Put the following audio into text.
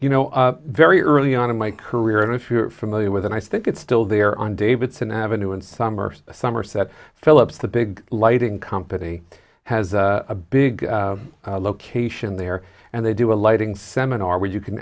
you know very early on in my career and if you're familiar with it i think it's still there on davidson avenue in summer somerset philips the big lighting company has a big location there and they do a lighting seminar where you can